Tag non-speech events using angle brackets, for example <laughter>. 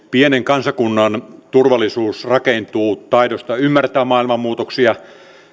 <unintelligible> pienen kansakunnan turvallisuus rakentuu taidosta ymmärtää maailman muutoksia